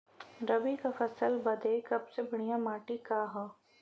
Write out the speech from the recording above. रबी क फसल बदे सबसे बढ़िया माटी का ह?